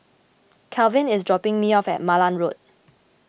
Kalvin is dropping me off at Malan Road